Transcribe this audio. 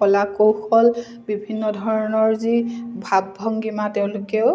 কলা কৌশল বিভিন্ন ধৰণৰ যি ভাব ভংগিমা তেওঁলোকেও